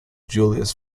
julius